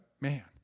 man